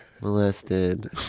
molested